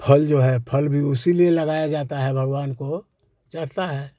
फल जो है फल भी उसी लिए लगाया जाता है भगवान को चढ़ता है